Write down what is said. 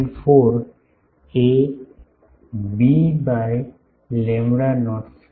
4 A B by lambda naught square